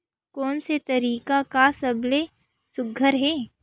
कोन से तरीका का सबले सुघ्घर हे?